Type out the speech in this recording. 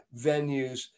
venues